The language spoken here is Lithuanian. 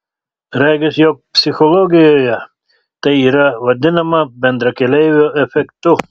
regis jog psichologijoje tai yra vadinama bendrakeleivio efektu